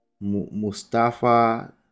mustafa